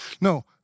No